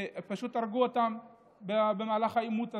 פשוט הרגו אותם במהלך העימות הזה.